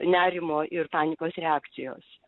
nerimo ir panikos reakcijos